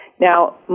Now